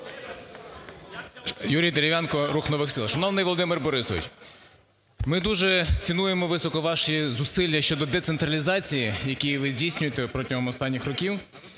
Юрій Дерев'янко, "Рух нових сил". Шановні Володимир Борисович, ми дуже цінуємо високо ваші зусилля щодо децентралізації, які ви здійснюєте протягом останніх років,